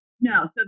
No